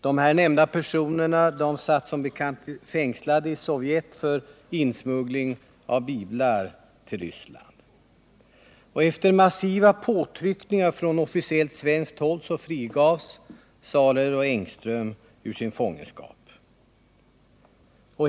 De båda nämnda personerna satt som bekant fängslade i Sovjet för insmuggling av biblar till Ryssland. Efter massiva påtryckningar från officiellt svenskt håll frigavs Sareld och Engström ur sin fångenskap.